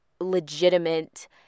legitimate